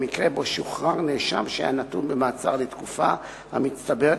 במקרה שבו שוחרר נאשם שהיה נתון במעצר לתקופה המצטברת